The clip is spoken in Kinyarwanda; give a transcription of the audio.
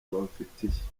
babafitiye